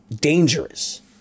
dangerous